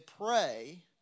pray